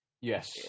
Yes